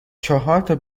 چهارتا